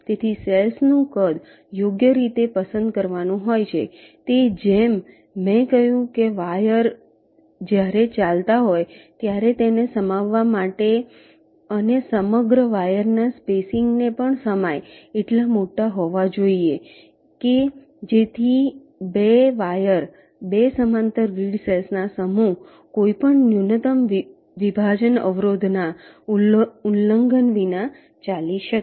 તેથીસેલ્સ નું કદ યોગ્ય રીતે પસંદ કરવાનું હોય છે તે જેમ મેં કહ્યું કે વાયર જ્યારે ચાલતા હોય ત્યારે તેને સમાવવા માટે અને સમગ્ર વાયરના સ્પેસીંગને પણ સમાય એટલા મોટા હોવા જોઈએ કે જેથી 2 વાયર 2 સમાંતર ગ્રીડ સેલ્સના સમૂહ કોઈપણ ન્યૂનતમ વિભાજન અવરોધ ના ઉલ્લંઘન વિના ચાલી શકે